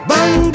Bang